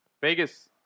Vegas